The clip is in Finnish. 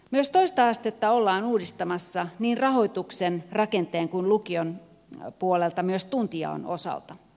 myös toista astetta ollaan uudistamassa niin rahoituksen rakenteen kuin lukion puolelta myös tuntijaon osalta